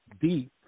deep